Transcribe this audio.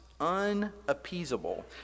Unappeasable